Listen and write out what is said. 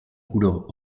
couleur